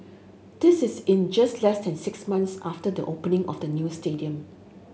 this is in just less than six months after the opening of the new stadium